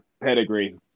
pedigree